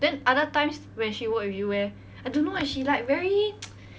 then other times when she work with you eh I don't know eh she like very